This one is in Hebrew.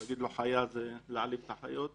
להגיד עליו חייה זה להעליב את החיות.